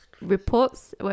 Reports